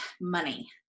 money